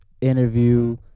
interview